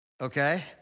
Okay